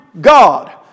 God